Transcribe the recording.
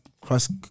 Cross